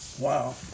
Wow